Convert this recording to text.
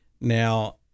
Now